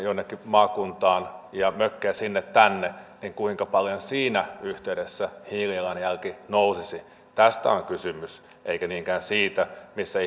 jonnekin maakuntaan ja mökkejä sinne tänne niin kuinka paljon siinä yhteydessä hiilijalanjälki nousisi tästä on kysymys eikä niinkään siitä missä